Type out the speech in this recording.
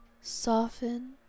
soften